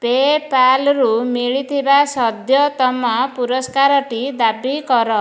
ପେ'ପାଲ୍ରୁ ମିଳିଥିବା ସଦ୍ୟତମ ପୁରସ୍କାରଟି ଦାବି କର